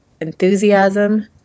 enthusiasm